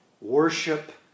worship